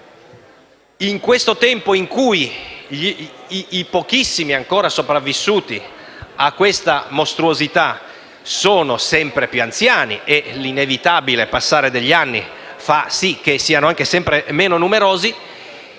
in questo tempo in cui i pochissimi sopravvissuti a questa mostruosità sono sempre più anziani - e l'inevitabile passare degli anni fa sì che siano sempre meno numerosi